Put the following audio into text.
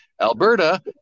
alberta